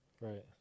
Right